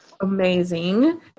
amazing